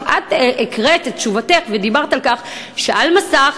את הקראת את תשובתך ואמרת שעל מסך